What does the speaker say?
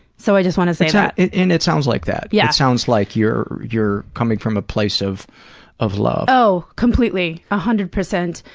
so i just wanna say that. and it sounds like that. yeah it sounds like you're you're coming from a place of of love. oh, completely. a hundred percent.